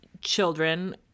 children